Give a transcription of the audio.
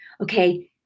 Okay